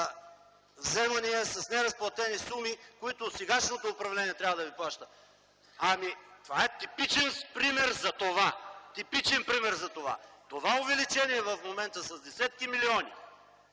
вземания, с неразплатени суми, които сегашното управление трябва да плаща. Това е типичен пример за това! Това увеличение в момента с десетки милиони